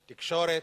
תקשורת,